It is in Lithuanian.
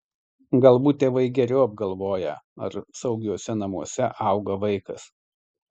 galbūt tėvai geriau apgalvoja ar saugiuose namuose auga vaikas